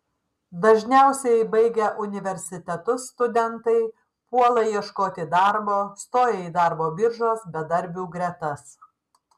dažniausiai baigę universitetus studentai puola ieškoti darbo stoja į darbo biržos bedarbių gretas